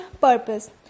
Purpose